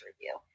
review